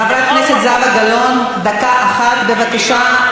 חברת הכנסת זהבה גלאון, דקה אחת בבקשה.